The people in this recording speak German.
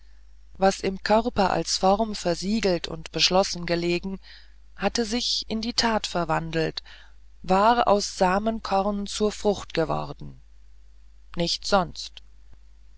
was im körper als form versiegelt und beschlossen gelegen hatte sich in die tat verwandelt war aus samenkorn zur frucht geworden nichts sonst